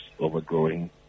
overgrowing